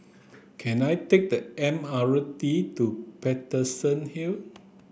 can I take the M R road T to Paterson Hill